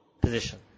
position